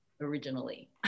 originally